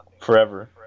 forever